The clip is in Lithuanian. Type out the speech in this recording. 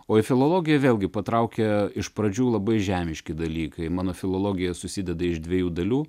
o į filologiją vėl gi patraukė iš pradžių labai žemiški dalykai mano filologija susideda iš dviejų dalių